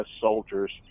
soldiers